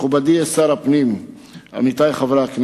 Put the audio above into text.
רבותי חברי הכנסת,